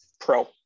Pro